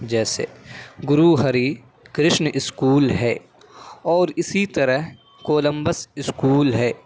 جیسے گرو ہری کرشن اسکول ہے اور اسی طرح کولمبس اسکول ہے